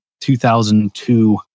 2002